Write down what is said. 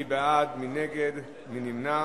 מי בעד, מי נגד, מי נמנע?